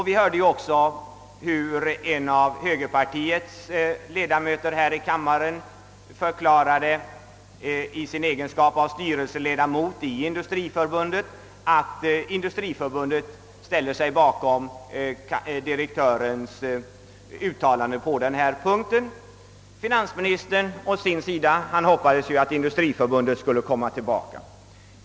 Vi hörde också hur en av högerpartiets ledamöter här i kammaren i sin egenskap av styrelseledamot i Industriförbundet förklarade, att detta ställer sig bakom verkställande direktörens uttalande på denna punkt. Finansministern å sin sida hoppades att Industriförbundet skulle ändra sig.